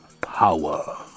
power